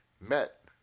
met